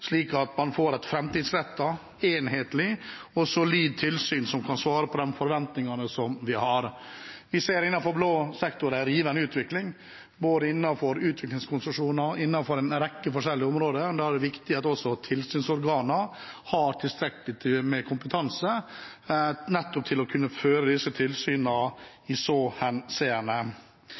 slik at man får et framtidsrettet, enhetlig og solid tilsyn som kan svare på de forventningene vi har. Vi ser en rivende utvikling innenfor blå sektor, innenfor både utviklingskonsesjoner og en rekke forskjellige områder. Da er det viktig at også tilsynsorganene har tilstrekkelig med kompetanse til å kunne føre disse tilsynene i så henseende.